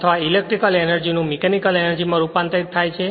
અથવા electrical energy નું mechanical energy માં રૂપાંતરિત થાય છે